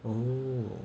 oh